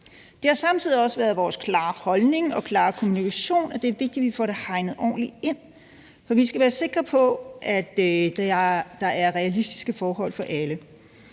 Det har samtidig også været vores klare holdning og klare kommunikation, at det er vigtigt, at vi får det hegnet ordentligt ind, for vi skal være sikre på, at der er realistiske forhold for alle.